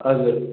हजुर